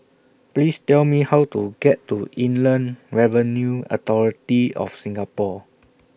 Please Tell Me How to get to Inland Revenue Authority of Singapore